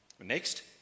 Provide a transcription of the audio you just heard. Next